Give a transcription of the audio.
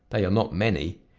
they are not many.